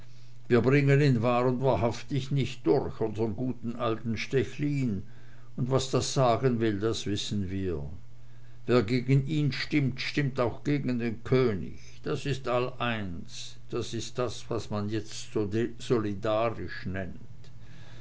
wir bringen ihn wahr und wahrhaftig nicht durch unsern guten alten stechlin und was das sagen will das wissen wir wer gegen uns stimmt stimmt auch gegen den könig das ist all eins das ist das was man jetzt solidarisch nennt